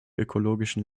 ökologischen